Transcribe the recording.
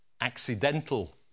accidental